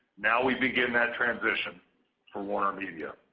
now we begin that transition for warnermedia.